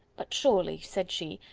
but surely, said she,